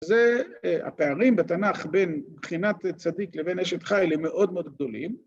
‫זה הפערים בתנ״ך בין מבחינת צדיק ‫לבין אשת חייל הם מאוד מאוד גדולים.